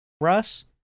Russ